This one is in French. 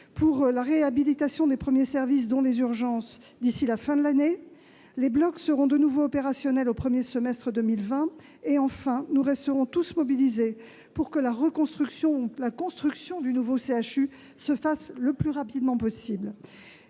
pour la réhabilitation des premiers services, dont les urgences, d'ici à la fin de l'année. Les blocs seront de nouveau opérationnels au premier semestre 2020. Enfin, nous resterons tous mobilisés pour que la construction du nouveau CHU se fasse le plus rapidement possible